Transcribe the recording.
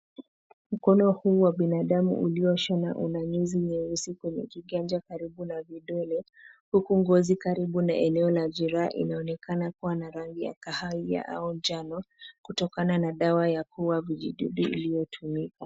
Mkono huu wa binadamu ulionyooshwa na una nyuzi nyeusi kwenye kiganja karibu na vidole, huku ngozi karibu na eneo la jeraha inaonekana kuwa na rangi ya kahawia au njano kutokana na dawa ya kuua vijidudu iliyotumika.